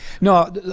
No